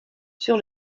sur